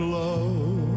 love